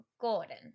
Gordon